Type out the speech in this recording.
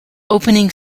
opening